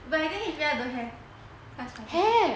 but I think H_B_L don't have class participation